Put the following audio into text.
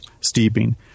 steeping